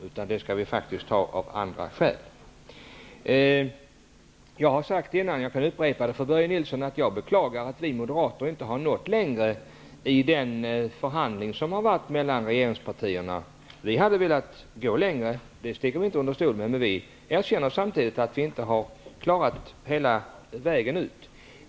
Ett försvar skall vi faktiskt ha av andra skäl. Jag har sagt tidigare, och jag kan upprepa det för Börje Nilsson, att jag beklagar att vi moderater inte har nått längre i förhandlingen mellan regeringspartierna. Vi hade velat gå längre -- det sticker vi inte under stol med -- men vi erkänner samtidigt att vi inte klarade det.